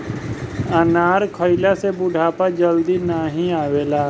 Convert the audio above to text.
अनार खइला से बुढ़ापा जल्दी नाही आवेला